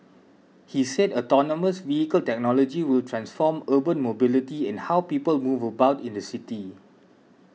he said autonomous vehicle technology will transform urban mobility and how people move about in the city